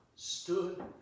Stood